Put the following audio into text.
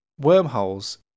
wormholes